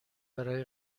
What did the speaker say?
برای